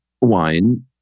wine